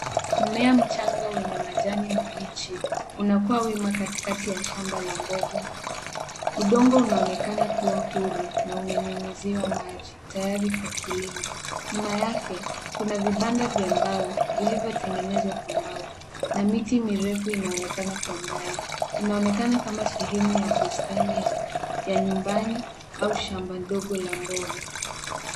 Mmea mchanga wenye majani mabichi unakua wima katikati ya shamba la mboga. Udongo unaonekana kuwa huru na umenyunyiziwa maji tayari kwa kilimo. Nyuma yake kuna vibanda vya mbao vilivyotengenezwa kwa mbao na miti mirefu inaonekana kwa mbali. Inaonekana kama sehemu ya bustani ya nyumbani au shamba ndogo la mboga.